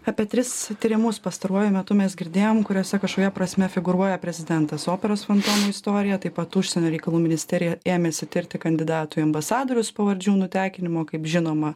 apie tris tyrimus pastaruoju metu mes girdėjom kuriuose kažkuria prasme figūruoja prezidentas operos fantomo istorija taip pat užsienio reikalų ministerija ėmėsi tirti kandidatų į ambasadorius pavardžių nutekinimo kaip žinoma